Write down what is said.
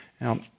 Now